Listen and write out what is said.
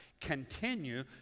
continue